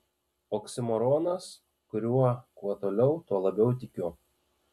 oksimoronas kuriuo kuo toliau tuo labiau tikiu